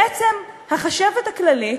בעצם, החשבת הכללית,